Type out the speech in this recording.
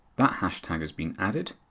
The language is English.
that hashtag has been added